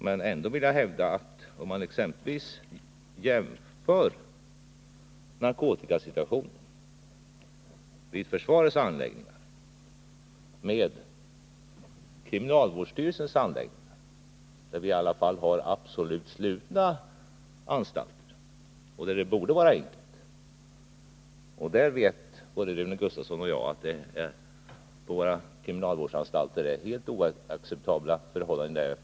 Men om man jämför narkotikasituationen vid försvarets anläggningar med motsvarande situation vid exempelvis kriminalvårdsstyrelsens absolut slutna anstalter, där det borde vara enkelt att nå resultat, så kan man konstatera — det vet både Rune Gustavsson och jag — att förhållandena på våra kriminalvårdsanstalter är helt oacceptabla i detta avseende.